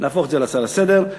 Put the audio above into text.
נהפוך את זה להצעה לסדר-היום,